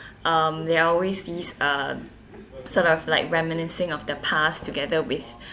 um they're always these um sort of like reminiscing of the past together with